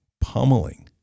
pummeling